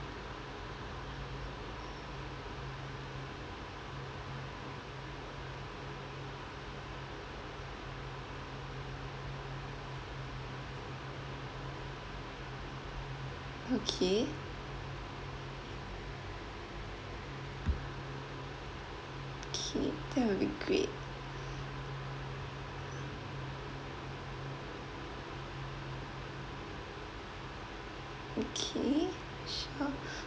okay K that will be great okay sure